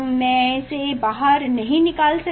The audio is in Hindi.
मैं इसे बाहर नहीं निकाल सकता